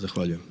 Zahvaljujem.